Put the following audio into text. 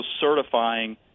certifying